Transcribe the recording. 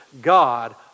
God